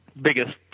biggest